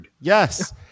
Yes